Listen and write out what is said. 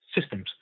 systems